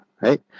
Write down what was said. right